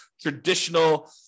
traditional